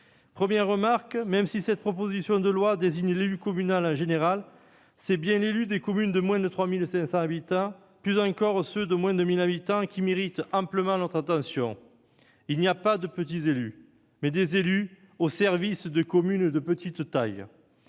Première remarque : même si cette proposition de loi désigne l'élu communal en général, c'est bien l'élu des communes de moins de 3 500 habitants et, plus encore, celui des communes de moins de 1 000 habitants qui méritent amplement notre attention. Il n'y a pas de petits élus, mais il y a des élus au service de communes de petite taille.